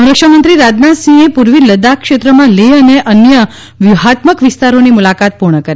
સંરક્ષણ મંત્રી રાજનાથસિંહે પૂર્વી લદ્દાખ ક્ષેત્રમાં લેહ અને અન્ય વ્યૂહાત્મક વિસ્તારોનીમુલાકાત પૂર્ણ કરી